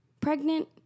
pregnant